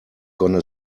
gonna